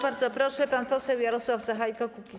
Bardzo proszę, pan poseł Jarosław Sachajko, Kukiz’15.